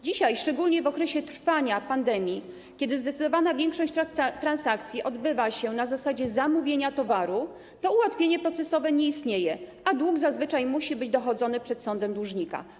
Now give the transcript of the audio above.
Dzisiaj, szczególnie w okresie trwania pandemii, kiedy zdecydowana większość transakcji odbywa się na zasadzie zamówienia towaru, to ułatwienie procesowe nie istnieje, a dług zazwyczaj musi być dochodzony przed sądem dłużnika.